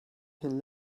can